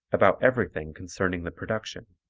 about everything concerning the production.